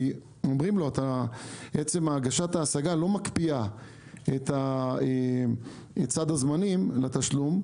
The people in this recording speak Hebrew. אומרים לו שעצם הגשת ההשגה לא מקפיאה את סד הזמנים לתשלום.